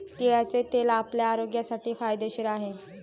तिळाचे तेल आपल्या आरोग्यासाठी फायदेशीर आहे